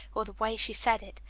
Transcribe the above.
or the way she said it.